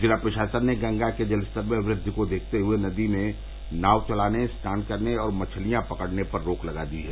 जिला प्रषासन ने गंगा के जलस्तर में वृद्वि को देखते हए नदी में नाव चलाने स्नान करने और मछलियां पकड़ने पर रोक लगा दी है